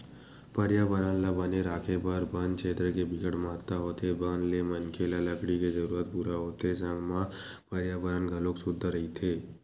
परयाबरन ल बने राखे बर बन छेत्र के बिकट महत्ता होथे बन ले मनखे ल लकड़ी के जरूरत पूरा होथे संग म परयाबरन घलोक सुद्ध रहिथे